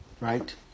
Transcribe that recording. Right